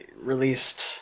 released